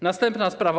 Następna sprawa.